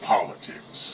politics